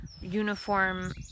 uniform